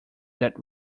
that